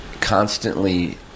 constantly